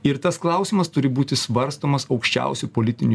ir tas klausimas turi būti svarstomas aukščiausiu politiniu